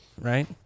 right